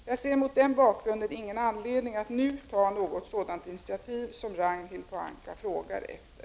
Jag ser, mot den bakgrunden, ingen anledning att nu ta något sådant initiativ som Ragnhild Pohanka frågar efter.